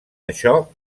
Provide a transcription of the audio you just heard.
això